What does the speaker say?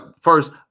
first